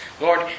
Lord